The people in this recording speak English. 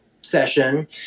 session